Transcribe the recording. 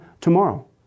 tomorrow